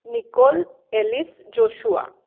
nicole alice joshua